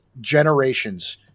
generations